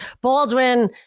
Baldwin